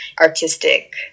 artistic